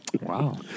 wow